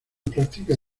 práctica